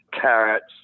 carrots